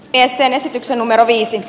esitän esityksen numero viisi